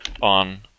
on